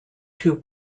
two